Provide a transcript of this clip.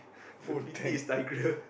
the pity is Tigreal